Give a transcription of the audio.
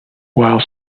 while